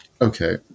okay